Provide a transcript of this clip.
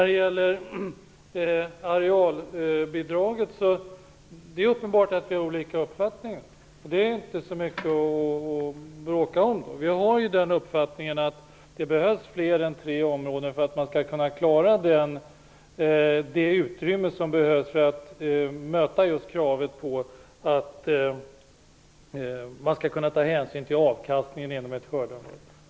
Det är uppenbart att vi har olika uppfattningar om arealbidraget. Det är inte så mycket att bråka om. Vi har den uppfattningen att det behövs fler än tre områden för att man skall kunna ha det utrymme som behövs för att möta kravet på att kunna ta hänsyn till avkastningen inom ett skördeområde.